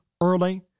early